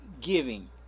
giving